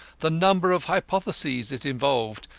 the number of hypotheses it involved,